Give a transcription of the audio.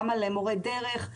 גם על מורי דרך,